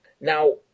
Now